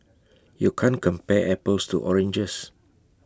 you can't compare apples to oranges